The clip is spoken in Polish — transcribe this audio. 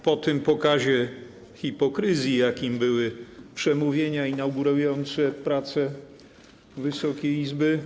Po tym pokazie hipokryzji, jakim były przemówienia inaugurujące pracę Wysokiej Izby.